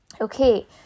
Okay